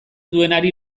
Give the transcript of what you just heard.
duenari